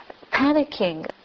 panicking